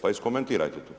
Pa iskomentirajte to.